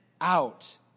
out